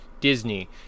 Disney